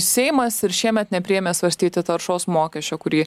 seimas ir šiemet nepriėmė svarstyti taršos mokesčio kurį